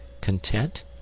content